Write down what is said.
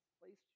placed